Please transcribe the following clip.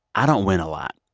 i don't win a lot.